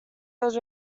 was